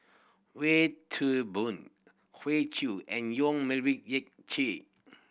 Wee Toon Boon Hoey Choo and Yong Melvin Yik Chye